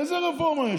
איזו רפורמה יש פה?